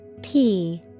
-p